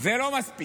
זה לא מספיק.